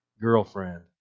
girlfriend